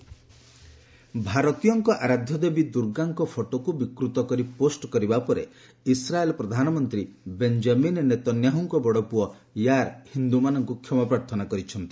Israel କ୍ଷମାପ୍ରାର୍ଥନା ଭାରତୀୟଙ୍କ ଆରାଧ୍ୟ ଦେବୀ ଦୁର୍ଗାଙ୍କ ଫଟୋକୁ ବିକୃତ କରି ପୋଷ୍ଟ କରିବା ପରେ ଇସ୍ରାଏଲ୍ ପ୍ରଧାନମନ୍ତ୍ରୀ ବେଞ୍ଜାମିନ୍ ନେତାନ୍ୟାହୁଙ୍କ ବଡ଼ପୁଅ ୟାର୍ ହିନ୍ଦୁମାନଙ୍କୁ କ୍ଷମା ପ୍ରାର୍ଥନା କରିଛନ୍ତି